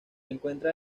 encuentra